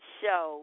show